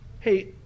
Hey